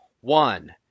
One